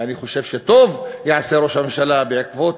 ואני חושב שטוב יעשה ראש הממשלה בעקבות